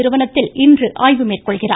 நிறுவனத்தில் இன்று ஆய்வு மேற்கொள்கிறார்